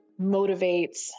motivates